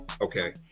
Okay